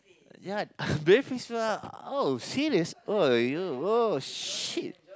ya very oh serious oh you oh !shit!